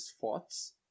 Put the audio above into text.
thoughts